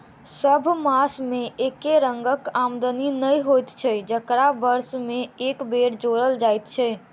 सभ मास मे एके रंगक आमदनी नै होइत छै जकरा वर्ष मे एक बेर जोड़ल जाइत छै